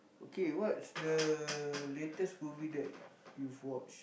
okay what's the latest movie that you've watched